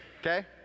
Okay